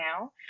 now